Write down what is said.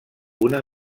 una